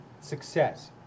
success